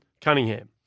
Cunningham